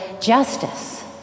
justice